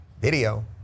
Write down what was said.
Video